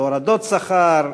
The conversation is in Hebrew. בהורדות שכר,